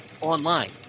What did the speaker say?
online